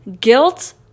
guilt